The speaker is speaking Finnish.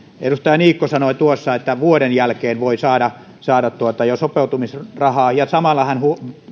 edustaja niikko sanoi tuossa että vuoden jälkeen voi saada saada jo sopeutumisrahaa ja samalla hän